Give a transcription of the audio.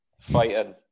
fighting